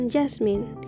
Jasmine